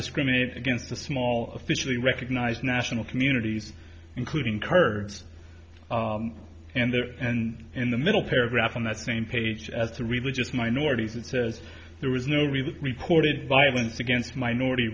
discriminate against the small officially recognized national communities including kurds and there and in the middle paragraph on that same page as to religious minorities it says there was no real reported violence against minority